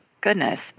Goodness